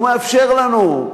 הוא מאפשר לנו.